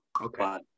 Okay